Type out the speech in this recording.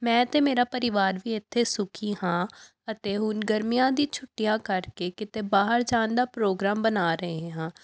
ਮੈਂ ਅਤੇ ਮੇਰਾ ਪਰਿਵਾਰ ਵੀ ਇੱਥੇ ਸੁਖੀ ਹਾਂ ਅਤੇ ਹੁਣ ਗਰਮੀਆਂ ਦੀ ਛੁੱਟੀਆਂ ਕਰਕੇ ਕਿਤੇ ਬਾਹਰ ਜਾਣ ਦਾ ਪ੍ਰੋਗਰਾਮ ਬਣਾ ਰਹੇ ਹਾਂ